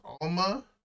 Alma